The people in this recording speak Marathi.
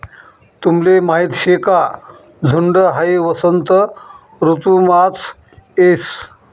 तुमले माहीत शे का झुंड हाई वसंत ऋतुमाच येस